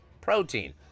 Protein